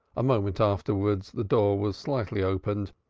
a moment afterwards the door was slightly opened,